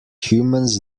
humans